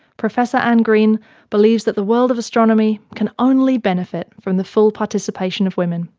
professor anne green believes that the world of astronomy can only benefit from the full participation of women,